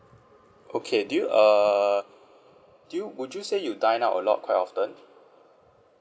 okay do you err do you would you say you dine out a lot quite often